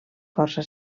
força